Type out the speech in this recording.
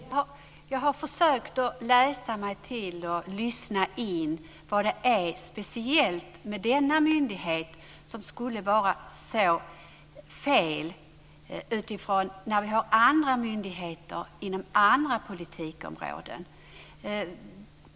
Herr talman! Jag har försökt läsa mig till och lyssna in vad det är speciellt med denna myndighet som skulle vara så fel. Vi har ju andra myndigheter inom andra politikområden.